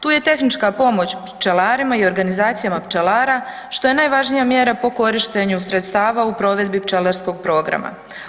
Tu je i tehnička pomoć pčelarima i organizacijama pčelara što je najvažnija mjera po korištenju sredstava u provedbi pčelarskog programa.